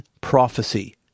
prophecy